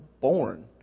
born